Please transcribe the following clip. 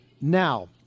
Now